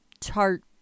tart